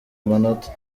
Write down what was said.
amanota